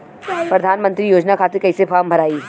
प्रधानमंत्री योजना खातिर कैसे फार्म भराई?